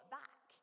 back